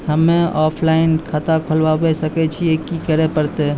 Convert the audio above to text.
हम्मे ऑफलाइन खाता खोलबावे सकय छियै, की करे परतै?